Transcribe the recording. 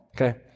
okay